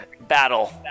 battle